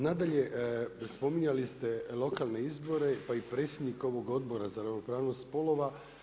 Nadalje, spominjali ste lokalne izbore pa i predsjednika ovog Odbra za ravnopravnost spolova.